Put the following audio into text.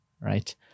right